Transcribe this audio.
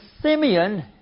Simeon